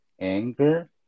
anger